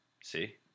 See